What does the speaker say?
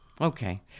Okay